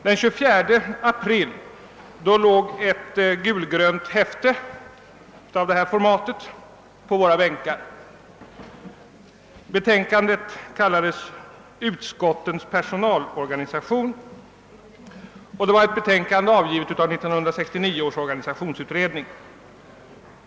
Den 24 april låg på våra bänkar det gulgröna häftet med betänkadet »Utskottens personalorganisation», som avgivits av 1969 års organisationsutredning.